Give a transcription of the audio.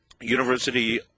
University